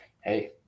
hey